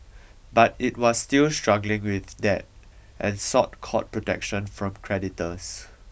but it was still struggling with debt and sought court protection from creditors